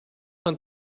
hunt